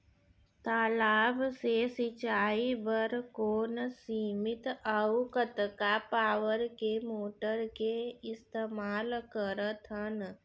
तालाब से सिंचाई बर कोन सीमित अऊ कतका पावर के मोटर के इस्तेमाल करथन?